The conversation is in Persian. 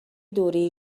دوره